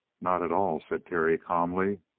not at all, said terry calmly.